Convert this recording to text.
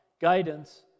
guidance